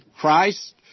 Christ